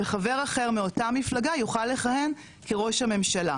וחבר אחר מאותה מפלגה יוכל לכהן כראש הממשלה,